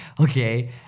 okay